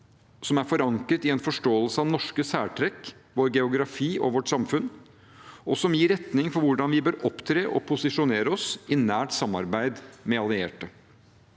som er forankret i en forståelse av norske særtrekk, vår geografi og vårt samfunn, og som gir retning for hvordan vi bør opptre og posisjonere oss i nært samarbeid med allierte.